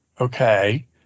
okay